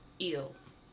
eels